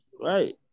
right